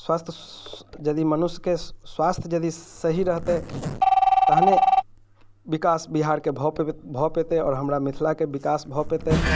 स्वस्थ यदि मनुष्यके स्वास्थ यदि सही रहतै तहने विकास बिहारके भऽ पेब भऽ पेतै आओर हमरा मिथिलाके विकास भऽ पेतै